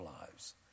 lives